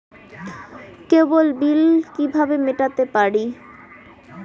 কেবল bill কিভাবে মেটাতে পারি?